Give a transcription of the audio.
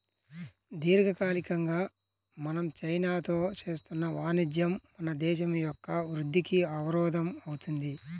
దీర్ఘకాలికంగా మనం చైనాతో చేస్తున్న వాణిజ్యం మన దేశం యొక్క వృద్ధికి అవరోధం అవుతుంది